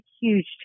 huge